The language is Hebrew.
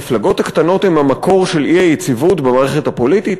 המפלגות הקטנות הן המקור של האי-יציבות במערכת הפוליטית?